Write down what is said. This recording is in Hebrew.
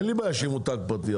אין לי בעיה שיהיה מותג פרטי,